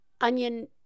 Onion